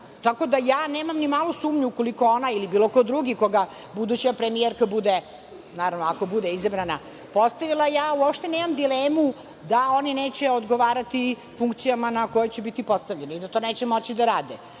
tako da ja nemam ni malo sumnje ukoliko ona ili bilo ko drugi koga buduća premijerka bude postavila, ja uopšte nemam dilemu da oni neće odgovarati funkcijama na koje će biti postavljeni i da to neće moći da